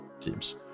teams